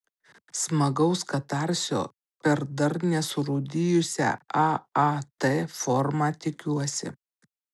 smagaus katarsio per dar nesurūdijusią aat formą tikiuosi